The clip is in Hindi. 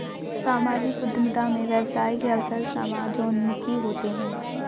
सामाजिक उद्यमिता में व्यवसाय के अवसर समाजोन्मुखी होते हैं